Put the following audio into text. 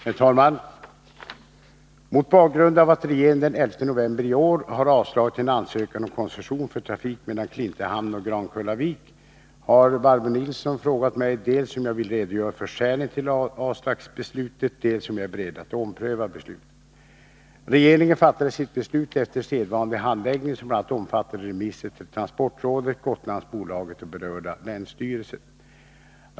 Herr talman! Mot bakgrund av att regeringen den 11 november i år har avslagit en ansökan om koncession för trafik mellan Klintehamn och Grankullavik har Barbro Nilsson frågat mig dels om jag vill redogöra för skälen till avslagsbeslutet, dels om jag är beredd att ompröva beslutet. Regeringen fattade sitt beslut efter sedvanlig handläggning, som bl.a. omfattade remisser till transportrådet, Gotlandsbolaget och berörda länsstyrelser.